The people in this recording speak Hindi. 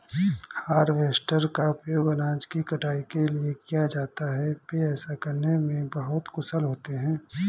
हार्वेस्टर का उपयोग अनाज की कटाई के लिए किया जाता है, वे ऐसा करने में बहुत कुशल होते हैं